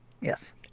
Yes